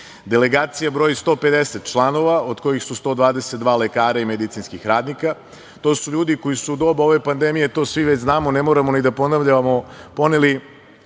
Delegacija broji 150 članova, od kojih su 122 lekara i medicinskih radnika. To su ljudi koji su u doba ove pandemije, to svi već znamo, ne moramo ni da ponavljamo, poneli